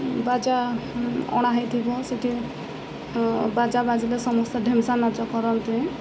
ବାଜା ଅଣା ହେଇଥିବ ସେଠି ବାଜା ବାଜିଲେ ସମସ୍ତେ ଢେମ୍ଚା ନାଚ କରନ୍ତି